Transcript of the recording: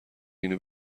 اینو